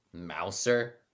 Mouser